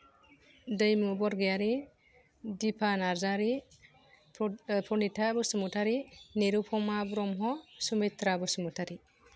दैमु बरग'यारि दिफा नारजारि प्रनिता बसुमतारि निरुपमा ब्रह्म सुमित्रा बसुमतारि